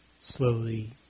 slowly